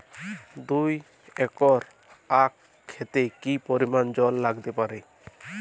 দুই একর আক ক্ষেতে কি পরিমান জল লাগতে পারে?